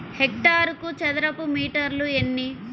హెక్టారుకు చదరపు మీటర్లు ఎన్ని?